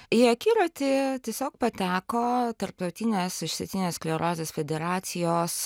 į akiratį tiesiog pateko tarptautinės išsėtinės sklerozės federacijos